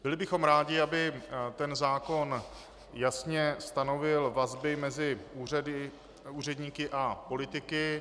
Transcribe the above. Byli bychom rádi, aby zákon jasně stanovil vazby mezi úředníky a politiky.